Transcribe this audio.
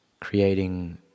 creating